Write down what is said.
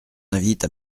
invite